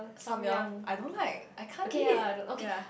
Samyang I don't like I can't eat ya